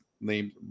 named